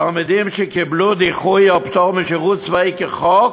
תלמידים שקיבלו דיחוי על פטור משירות צבאי כחוק